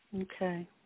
Okay